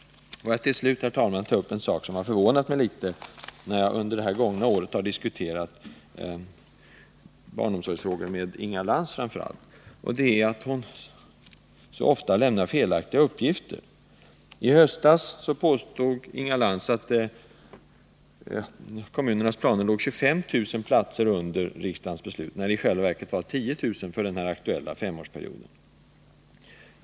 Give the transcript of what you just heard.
Jag vill till slut, herr talman, ta upp en sak som har förvånat mig när jag under det gångna året har diskuterat barnomsorgsfrågor med framför allt Inga Lantz, nämligen att hon så ofta lämnar felaktiga uppgifter. I höstas påstod Inga Lantz att kommunernas planer låg 25 000 platser under riksdagens beslut när det i själva verket var 10 000 platser för den aktuella femårsperioden.